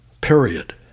period